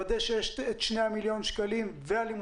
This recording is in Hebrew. שבמסגרת זה נוודא שיש את שני מיליון השקלים ושהדברים